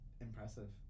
Impressive